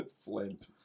Flint